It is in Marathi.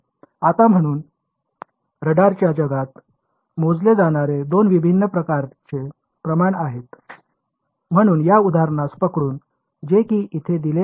आता म्हणून रडारच्या जगात मोजले जाणारे दोन भिन्न प्रकारचे प्रमाण आहेत म्हणून या उदाहरणास पकडून जे कि येथे दिले आहे